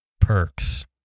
perks